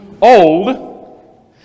old